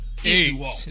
Hey